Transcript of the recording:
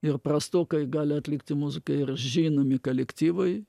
ir prastokai gali atlikti muziką ir žinomi kalektyvai